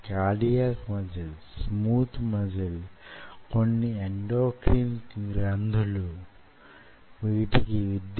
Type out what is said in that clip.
ఎక్కడైతే వూగిసలాడే కదలిక వుంటుందో వూగిసలాడుతూ వుంటుందో యీ విధంగా